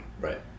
Right